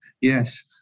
yes